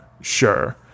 sure